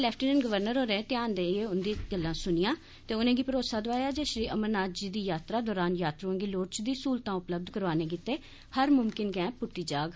lieutenant governor होरें ध्यान कन्नै उंदियां समस्यां सुनियां ते उनेंगी भरोसा दोआया जे श्री अमरनाथ जी दी यात्रा दौरान यात्रुएं गी लोड़चदी सहूलतां उपलब्ध कराने गितै हर मुमकिन गैंह पुट्टी जाग